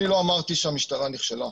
אני לא אמרתי שהמשטרה נכשלה.